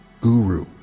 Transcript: guru